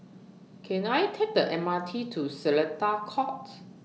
Can I Take The M R T to Seletar Courts